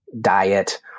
diet